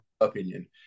opinion